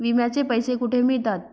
विम्याचे पैसे कुठे मिळतात?